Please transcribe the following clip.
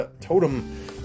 totem